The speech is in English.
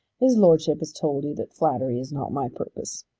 his lordship has told you that flattery is not my purpose.